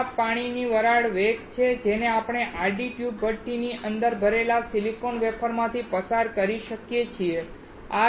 આ પાણીની વરાળનો વેગ છે જેને આપણે આડી ટ્યુબ ભઠ્ઠીની અંદર ભરેલા સિલિકોન વેફર્સમાંથી પસાર કરી શકીએ છીએ